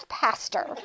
pastor